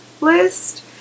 list